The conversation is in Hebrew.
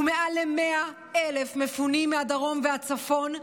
ומעל ל-100,000 מפונים מהדרום ומהצפון,